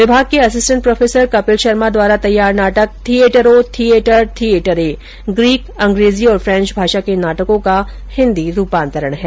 विभाग के assistant professor Kapil Sharma द्वारा तैयार नाटक थियेटरों थियेटर थियेटरे ग्रीक अंग्रेजी और फ्रेंच भाषा के नाटकों का हिन्दी रूपान्तरण है